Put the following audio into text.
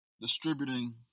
distributing